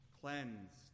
cleansed